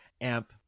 amp